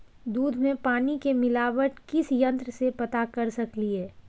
दूध में पानी के मिलावट किस यंत्र से पता कर सकलिए?